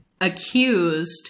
accused